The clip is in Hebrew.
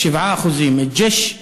7%; ג'ש,